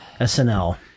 snl